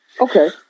Okay